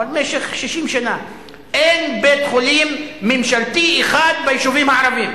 אבל במשך 60 שנה אין בית-חולים ממשלתי אחד ביישובים הערביים,